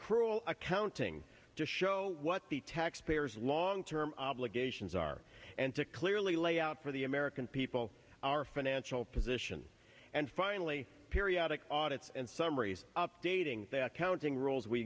crual accounting to show what the taxpayers long term obligations are and to clearly lay out for the american people our financial position and finally periodic audits and summaries updating the accounting rules we